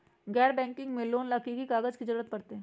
गैर बैंकिंग से लोन ला की की कागज के जरूरत पड़तै?